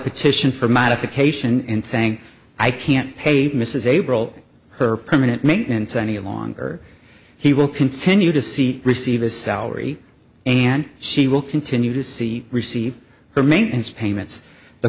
petition for modification and saying i can't pay mrs averil her permanent maintenance any longer he will continue to see receive a salary and she will continue to see receive her maintenance payments the